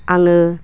आङो